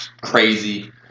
Crazy